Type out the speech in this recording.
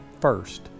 first